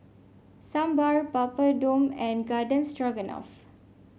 Sambar Papadum and Garden Stroganoff